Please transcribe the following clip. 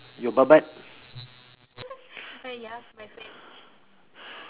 your butt butt